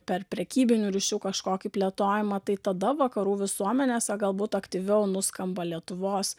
per prekybinių ryšių kažkokį plėtojimą tai tada vakarų visuomenėse galbūt aktyviau nuskamba lietuvos